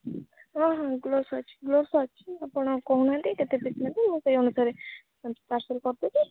ହଁ ହଁ ଗ୍ଲୋବସ୍ ଅଛି ଗ୍ଲୋବସ୍ ଅଛି ଆପଣ କହୁ ନାହାନ୍ତି କେତେ ପିସ୍ ନେବେ ମୁଁ ସେଇ ଅନୁସାରେ ପାର୍ସଲ କରିଦେବି